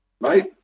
right